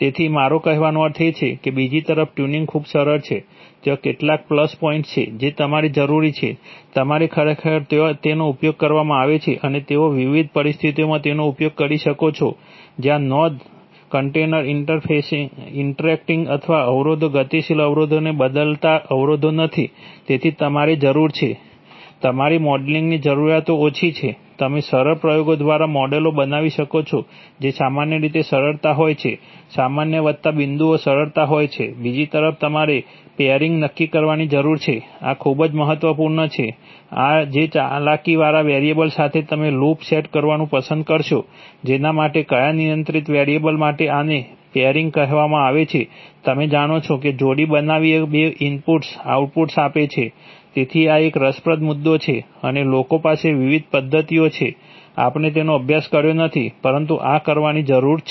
તેથી મારો કહેવાનો અર્થ એ છે કે બીજી તરફ ટ્યુનિંગ ખૂબ જ સરળ છે ત્યાં કેટલાક પ્લસ પોઇન્ટ્સ છે જે તમારે જરૂરી છે તમારે ખરેખર ત્યાં તેનો ઉપયોગ કરવામાં આવે છે અને તેઓ તમે વિવિધ પરિસ્થિતિઓમાં તેનો ઉપયોગ કરી શકો છો જ્યાં નોંધ કન્ટેનર ઇન્ટરેક્ટિંગ અથવા અવરોધો ગતિશીલ અવરોધોને બદલતા અવરોધો નથી તેથી તમારે જરૂર છે તમારી મોડેલિંગની જરૂરિયાત ઓછી છે તમે સરળ પ્રયોગો દ્વારા મોડેલો બનાવી શકો છો તે સામાન્ય રીતે સરળતા હોય છે સામાન્ય વત્તા બિંદુઓ સરળતા હોય છે બીજી તરફ તમારે પેરિંગ નક્કી કરવાની જરૂર છે આ ખૂબ જ મહત્વપૂર્ણ છે આ જે ચાલાકીવાળા વેરિયેબલ સાથે તમે લૂપ સેટ કરવાનું પસંદ કરશો જેના માટે કયા નિયંત્રિત વેરિયેબલ માટે આને પેરિંગ કહેવામાં આવે છે તમે જાણો છો કે જોડી બનાવવી એ બે ઇનપુટ્સ આઉટપુટ આપે છે તેથી આ એક રસપ્રદ મુદ્દો છે અને લોકો પાસે વિવિધ પદ્ધતિઓ છે આપણે તેમનો અભ્યાસ કર્યો નથી પરંતુ આ કરવાની જરૂર છે